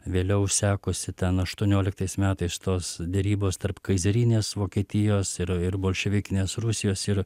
vėliau sekusi ten aštuonioliktais metais tos derybos tarp kaizerinės vokietijos ir ir bolševikinės rusijos ir